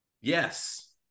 Yes